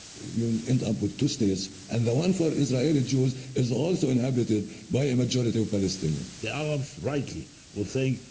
you'll end up with two states, and the one for israel, the jews, is also inhabited by a majority of palestinians. the arab's rightly were saying,